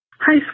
Hi